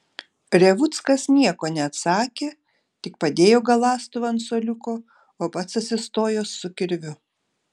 revuckas nieko neatsakė tik padėjo galąstuvą ant suoliuko o pats atsistojo su kirviu